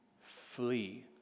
Flee